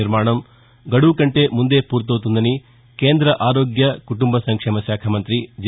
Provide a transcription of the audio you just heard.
నిర్మాణం గదువు కంటే ముందే పూర్తవుతుందని కేంద్ర ఆరోగ్య కుటుంబ సంక్షేమ శాఖ మంగ్రి జె